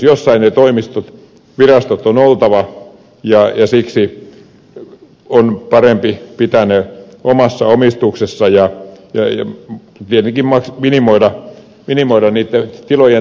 jossain niiden toimistojen ja virastojen on oltava ja siksi on parempi pitää ne omassa omistuksessa ja tietenkin minimoida niitten tilojen tarpeet